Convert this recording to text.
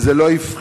וזה לא הפחית,